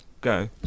Go